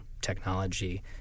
technology